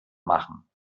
machen